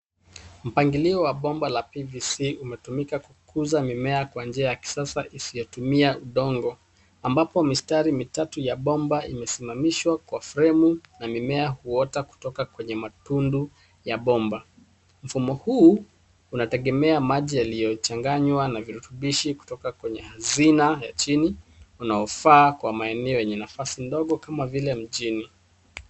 Mpangilio wa bomba la PVC umetumika kukuza mimea kwa njia ya kisasa isiyotumia udongo ambapo mistari mitatu ya bomba imesimamishwa kwa fremu na mimea huota kutoka kwenye matundu ya bomba. Mfumo huu unategemea maji yaliyochanganywa na virutubishi kutoka kwenye hazina ya chini unaofaa kwa maeneo yenye nafasi ndogo kama vile mjini.